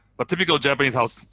but typical japanese house,